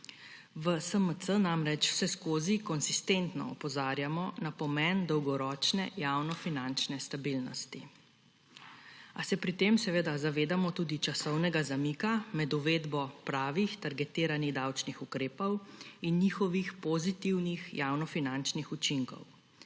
V SMC namreč vseskozi konsistentno opozarjamo na pomen dolgoročne javnofinančne stabilnosti, a se pri tem seveda zavedamo tudi časovnega zamika med uvedbo pravih targetiranih davčnih ukrepov in njihovih pozitivnih javnofinančnih učinkov.